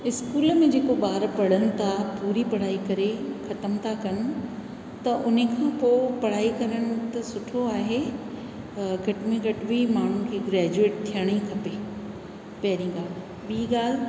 school में जेको ॿार पढ़नि था पूरी पढ़ाई करे ख़तम था कनि त उन खां पोइ पढ़ाई करण त सुठो आहे घटि में घटि बि माण्हू खे ग्रेज्यूएट थियणु ई खपे पहिरीं ॻाल्हि ॿी ॻाल्हि